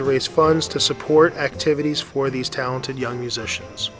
to raise funds to support activities for these talented young musicians